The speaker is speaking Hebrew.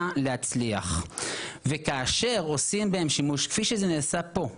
להצליח וכאשר עושים בהם שימוש כפי שזה נעשה פה,